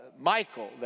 Michael